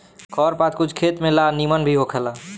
खर पात कुछ खेत में ला निमन भी होखेला